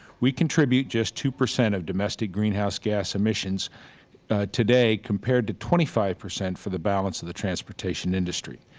we contribute just two percent of domestic greenhouse gas emissions today compared to twenty five percent for the balance of the transportation industry.